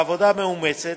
בעבודה מאומצת,